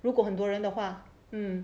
如果很多人的话 mm